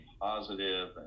positive